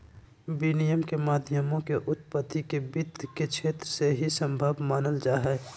विनिमय के माध्यमों के उत्पत्ति के वित्त के क्षेत्र से ही सम्भव मानल जा हइ